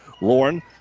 Lauren